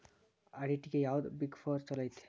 ಆಡಿಟ್ಗೆ ಯಾವ್ದ್ big four ಚಲೊಐತಿ?